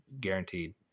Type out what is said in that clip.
guaranteed